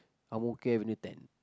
ang-mo-kio avenue ten